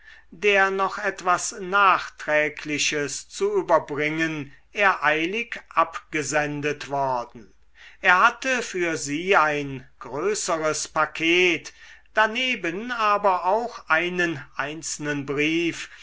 der noch etwas nachträgliches zu überbringen er eilig abgesendet worden er hatte für sie ein größeres paket daneben aber auch einen einzelnen brief